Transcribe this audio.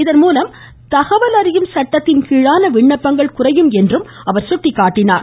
இதன்மூலம் தகவல் அறியும் சட்டத்தின்கீழான விண்ணப்பங்கள் குறையும் என்றும் அவர் சுட்டிக்காட்டினார்